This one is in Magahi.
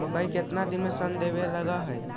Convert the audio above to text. मकइ केतना दिन में शन देने लग है?